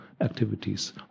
activities